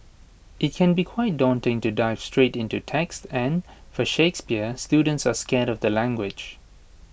IT can be quite daunting to dive straight into text and for Shakespeare students are scared of the language